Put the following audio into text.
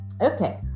Okay